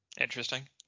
Interesting